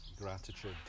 gratitude